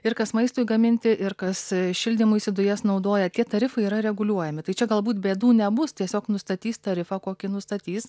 ir kas maistui gaminti ir kas šildymuisi dujas naudoja tie tarifai yra reguliuojami tai čia galbūt bėdų nebus tiesiog nustatys tarifą kokį nustatys